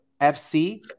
FC